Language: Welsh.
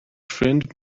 ffrind